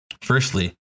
Firstly